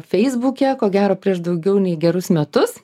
feisbuke ko gero prieš daugiau nei gerus metus